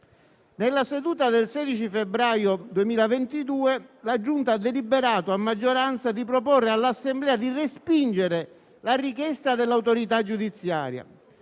Nella seduta del 16 febbraio 2022, la Giunta ha deliberato a maggioranza di proporre all'Assemblea di respingere la richiesta dell'autorità giudiziaria: